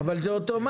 אבל זה אוטומטי.